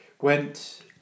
Went